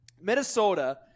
Minnesota